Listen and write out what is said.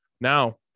Now